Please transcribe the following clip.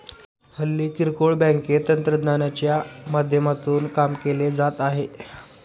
हल्ली किरकोळ बँकेत तंत्रज्ञानाच्या माध्यमातून काम केले जात आहे